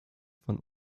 von